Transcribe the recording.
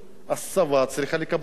הצבא צריך לקבל החלטה,